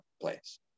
place